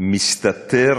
מסתתר